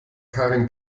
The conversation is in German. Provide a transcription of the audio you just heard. karin